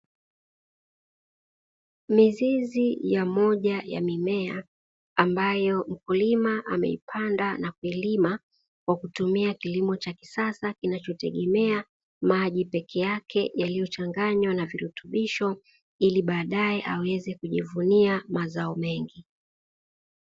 Mizizi ya moja ya mimea ambayo mkulima ameipanda na kuilima kwa kutumia kilimo cha kisasa kinachotegemea maji peke yake, yaliyochanganywa na virutubisho ili baadae aweze kujivunia mazao mengi.